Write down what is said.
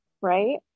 Right